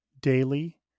daily